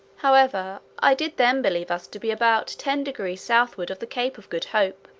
however, i did then believe us to be about ten degrees southward of the cape of good hope,